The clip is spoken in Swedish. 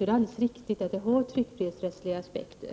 är det alldeles riktigt att det är en fråga som har tryckfrihetsrättsliga aspekter.